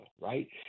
right